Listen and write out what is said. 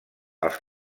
els